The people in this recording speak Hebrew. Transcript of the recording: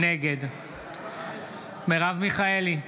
נגד מרב מיכאלי,